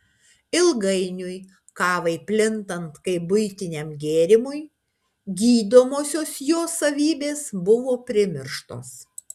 ilgainiui kavai plintant kaip buitiniam gėrimui gydomosios jos savybės buvo primirštos